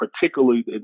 particularly